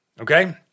okay